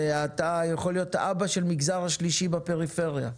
אתה יכול להיות האבא של המגזר השלישי בפריפריה.